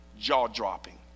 jaw-dropping